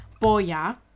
Boya